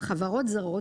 בחברות זרות,